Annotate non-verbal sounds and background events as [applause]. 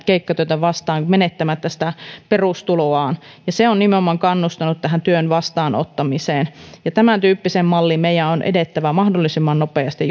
[unintelligible] keikkatyötä vastaan menettämättä sitä perustuloaan ja he ovat mielellään ottaneet sitä vastaan se on nimenomaan kannustanut työn vastaanottamiseen tämän tyyppiseen malliin meidän on edettävä mahdollisimman nopeasti [unintelligible]